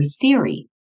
theory